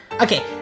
okay